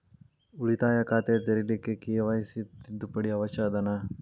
ಉಳಿತಾಯ ಖಾತೆ ತೆರಿಲಿಕ್ಕೆ ಕೆ.ವೈ.ಸಿ ತಿದ್ದುಪಡಿ ಅವಶ್ಯ ಅದನಾ?